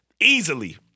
easily